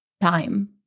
time